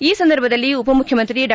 ಈ ಸಂದರ್ಭದಲ್ಲಿ ಉಪಮುಖ್ಯಮಂತ್ರಿ ಡಾ